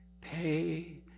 Pay